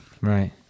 right